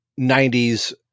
90s